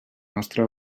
nostre